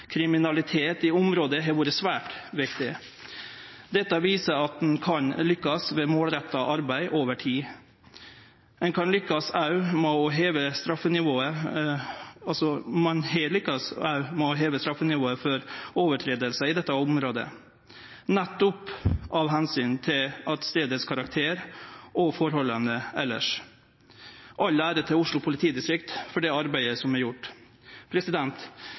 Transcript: kriminalitet i området, har vore svært viktig. Dette viser at ein kan lykkast med målretta arbeid over tid. Ein har òg lykkast ved å heve straffenivået for lovbrot, nettopp av omsyn til det spesielle ved dette området og forholda elles. All ære til Oslo politidistrikt for det arbeidet som er gjort.